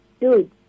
dude